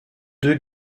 deux